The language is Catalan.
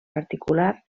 particular